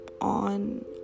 on